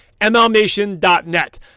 mlnation.net